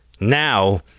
Now